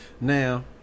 now